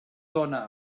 dóna